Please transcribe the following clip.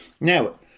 Now